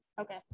okay